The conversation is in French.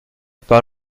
pas